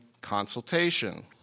consultation